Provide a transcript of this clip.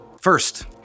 First